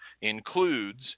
includes